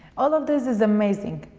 all of this is amazing,